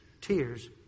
Tears